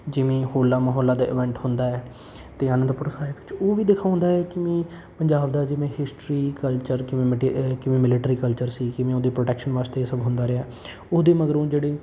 ਜਿਵੇਂ ਹੋਲਾ ਮਹੱਲਾ ਦਾ ਇਵੈਂਟ ਹੁੰਦਾ ਹੈ ਅਤੇ ਆਨੰਦਪੁਰ ਸਾਹਿਬ ਵਿੱਚ ਉਹ ਵੀ ਦਿਖਾਉਂਦਾ ਹੈ ਕਿ ਪੰਜਾਬ ਦਾ ਜਿਵੇਂ ਹਿਸਟਰੀ ਕਲਚਰ ਕਿਵੇਂ ਮਿਟ ਮਿਲਟਰੀ ਕਲਚਰ ਸੀ ਕਿਵੇਂ ਉਹਦੇ ਪ੍ਰੋਟੈਕਸ਼ਨ ਵਾਸਤੇ ਇਹ ਸਭ ਹੁੰਦਾ ਰਿਹਾ ਉਹਦੇ ਮਗਰੋਂ ਜਿਹੜੇ